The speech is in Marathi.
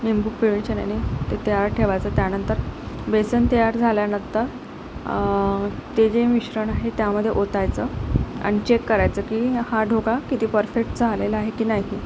निंबू पिळायचं आणि ते तयार ठेवायचं त्यानंतर बेसन तयार झाल्यानंतर ते जे मिश्रण आहे त्यामध्ये ओतायचं आणि चेक करायचं की हा ढोकळा किती परफेक्ट झालेला आहे की नाही ते